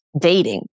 dating